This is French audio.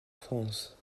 france